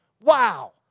Wow